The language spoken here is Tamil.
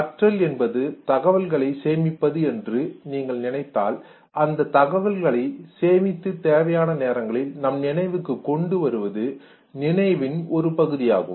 கற்றல் என்பது தகவல்களை சேமிப்பது என்று நீங்கள் நினைத்தால் அந்தத் தகவல்களை சேமித்து தேவையான நேரங்களில் நம் நினைவுக்கு கொண்டு வருவது நினைவின் ஒரு பகுதியாகும்